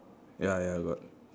ya ya got